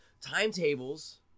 Timetables